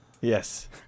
Yes